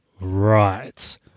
Right